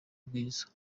rwiza